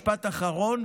משפט אחרון.